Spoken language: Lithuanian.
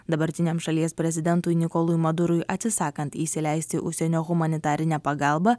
dabartiniam šalies prezidentui nikolui madurui atsisakant įsileisti užsienio humanitarinę pagalbą